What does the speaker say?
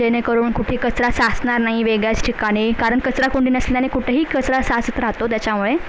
जेणेकरून कुठे कचरा साचणार नाही वेगळ्याच ठिकाणी कारण कचराकुंडी नसल्याने कुठंही कचरा साचत राहतो त्याच्यामुळे